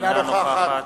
אינה נוכחת